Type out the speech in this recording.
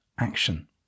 action